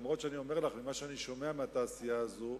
אבל אני אומר לך, ממה שאני שומע מהתעשייה הזאת,